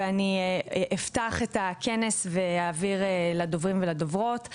אני אפתח את הכנס ואעבור לדוברים ולדוברות.